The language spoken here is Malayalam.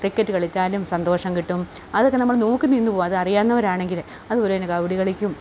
ക്രിക്കറ്റ് കളിച്ചാലും സന്തോഷം കിട്ടും അതൊക്കെ നമ്മൾ നോക്കി നിന്നുപോവും അത് അറിയാവുന്നവരാണെങ്കിൽ അതുപോലെതന്നെ കബഡി കളിക്കും